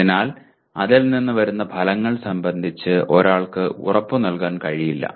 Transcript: അതിനാൽ അതിൽ നിന്ന് വരുന്ന ഫലങ്ങൾ സംബന്ധിച്ച് ഒരാൾക്ക് ഉറപ്പ് നൽകാൻ കഴിയില്ല